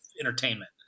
entertainment